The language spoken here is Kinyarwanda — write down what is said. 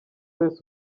wese